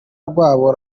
rwabo